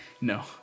No